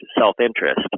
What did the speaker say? self-interest